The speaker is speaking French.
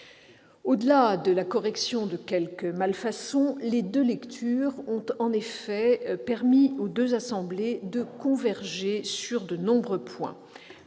Au-delà de la correction de quelques malfaçons, les deux lectures ont permis aux deux assemblées de converger sur de nombreux points.